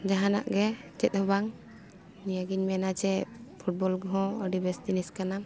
ᱡᱟᱦᱟᱱᱟᱜ ᱜᱮ ᱪᱮᱫ ᱦᱚᱸ ᱵᱟᱝ ᱱᱤᱭᱟᱹᱜᱤᱧ ᱢᱮᱱᱟ ᱡᱮ ᱯᱷᱩᱴᱵᱚᱞ ᱦᱚᱸ ᱟᱹᱰᱤ ᱵᱮᱥ ᱡᱤᱱᱤᱥ ᱠᱟᱱᱟ